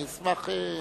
אני אשמח.